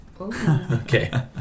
Okay